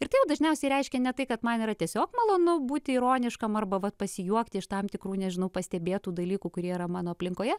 ir tai jau dažniausiai reiškia ne tai kad man yra tiesiog malonu būti ironiškam arba vat pasijuokti iš tam tikrų nežinau pastebėtų dalykų kurie yra mano aplinkoje